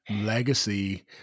legacy